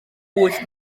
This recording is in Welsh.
wyth